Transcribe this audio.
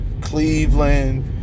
Cleveland